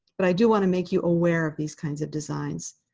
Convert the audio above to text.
but i do want to make you aware of these kinds of designs.